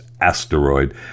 asteroid